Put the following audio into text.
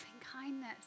kindness